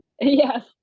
Yes